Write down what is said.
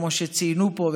כמו שציינו פה,